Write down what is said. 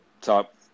top